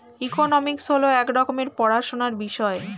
economics হল এক রকমের পড়াশোনার বিষয়